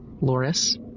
Loris